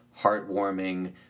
heartwarming